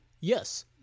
Yes